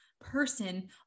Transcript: person